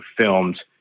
filmed